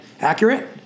accurate